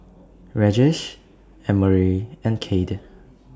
Regis Emory and Cade